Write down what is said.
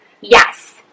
Yes